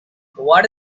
what